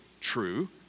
true